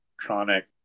electronic